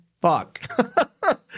fuck